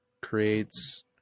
creates